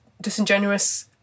disingenuous